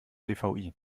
dvi